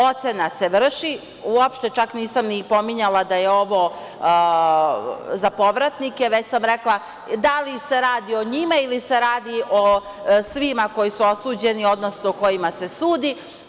Ocena se vrši, uopšte čak nisam ni pominjala da je ovo za povratnike, već sam rekla da li se radi o njima ili se radi o svima koji su osuđeni, odnosno kojima se sudi.